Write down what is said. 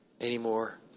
anymore